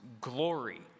glory